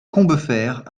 combeferre